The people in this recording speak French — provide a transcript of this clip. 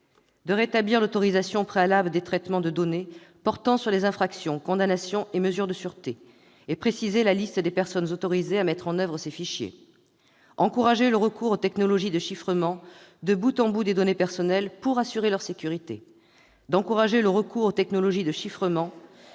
Il rétablissait l'autorisation préalable des traitements de données portant sur les infractions, condamnations et mesures de sûreté, et précisait la liste des personnes autorisées à mettre en oeuvre ces fichiers. Il encourageait le recours aux technologies de chiffrement de bout en bout des données personnelles pour assurer leur sécurité. Il conservait le droit